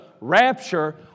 rapture